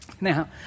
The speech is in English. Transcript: Now